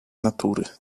natury